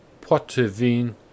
poitevin